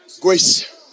Grace